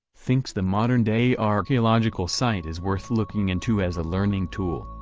thinks the modern-day archaeological site is worth looking into as a learning tool.